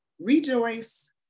rejoice